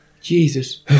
Jesus